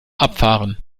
abfahren